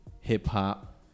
hip-hop